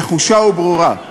נחושה וברורה.